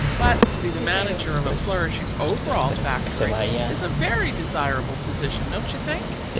but to be the manager of a flourishing overall factory is a very desirable position, don't you think?